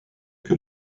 que